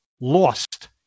lost